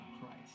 christ